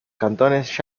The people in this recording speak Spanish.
cantones